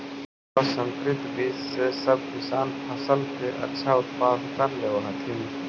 प्रसंकरित बीज से सब किसान फसल के अच्छा उत्पादन कर लेवऽ हथिन